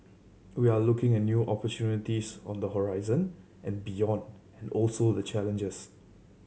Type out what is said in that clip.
we are looking at new opportunities on the horizon and beyond and also the challenges